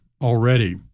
already